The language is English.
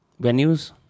Venues